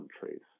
countries